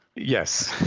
yes,